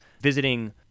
visiting